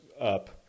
up